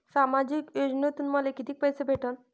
सामाजिक योजनेतून मले कितीक पैसे भेटन?